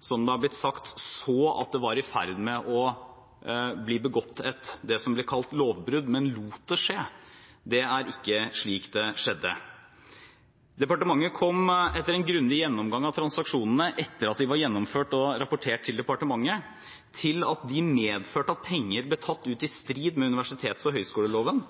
så at det var i ferd med å bli begått det som blir kalt et lovbrudd, men lot det skje. Det er ikke slik det skjedde. Departementet kom til etter en grundig gjennomgang av transaksjonene etter at de var gjennomført og rapportert til departementet, at de medførte at penger ble tatt ut i strid med universitets- og høyskoleloven.